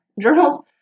journals